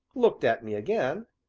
looked at me again,